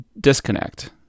disconnect